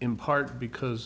in part because